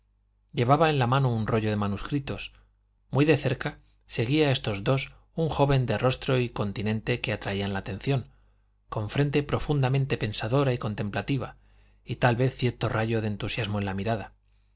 llevaba en la mano un rollo de manuscritos muy de cerca seguía a estos dos un joven de rostro y continente que atraían la atención con frente profundamente pensadora y contemplativa y tal vez cierto rayo de entusiasmo en la mirada